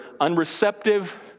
unreceptive